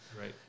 Right